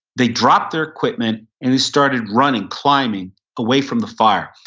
they dropped their equipment and they started running, climbing away from the fire.